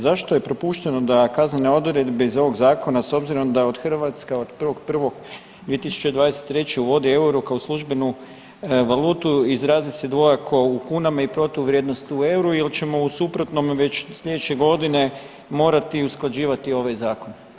Zašto je propušteno da kaznene odredbe iz ovog Zakona, s obzirom da Hrvatska od 1.1.2023. uvodi euro kao službenu valutu izrazi se dvojako u kunama i protuvrijednosti u euru jer ćemo u suprotnom već od sljedeće godine morati usklađivati ovaj Zakon?